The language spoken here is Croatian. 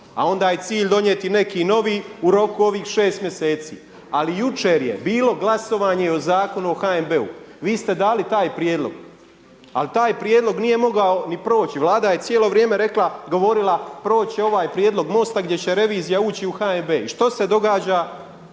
a onda je cilj donijeti neki novi u roku ovih 6 mjeseci. Ali jučer je bilo glasovanje o Zakonu o HNB-u, vi ste dali taj prijedlog ali taj prijedlog nije mogao ni proći. Vlada je cijelo vrijeme rekla, govorila proći će ovaj prijedlog MOST-a gdje će revizija ući u HNB. I što se događa?